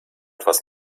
etwas